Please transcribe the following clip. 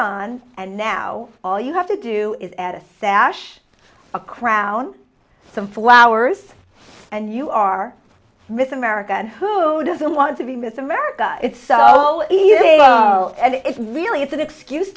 on and now all you have to do is add a sash a crown some flowers and you are miss america who doesn't want to be miss america it's so if you and it's really it's an excuse